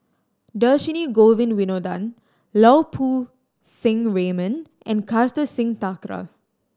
Dhershini Govin Winodan Lau Poo Seng Raymond and Kartar Singh Thakral